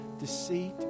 deceit